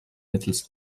mittels